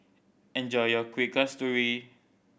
enjoy your Kuih Kasturi